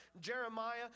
Jeremiah